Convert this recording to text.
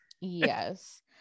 Yes